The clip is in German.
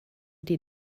die